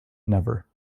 never